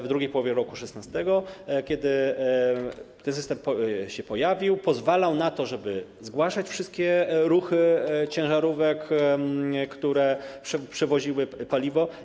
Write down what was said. W drugiej połowie roku 2016, kiedy ten system się pojawił, pozwalał na to, żeby zgłaszać wszystkie ruchy ciężarówek, które przewoziły paliwo.